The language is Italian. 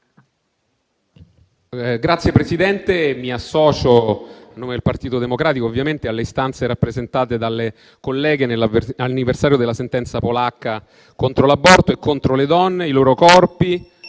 Signora Presidente, a nome del Partito Democratico mi associo alle istanze rappresentate dalla collega nell’anniversario della sentenza polacca contro l’aborto e contro le donne e i loro corpi.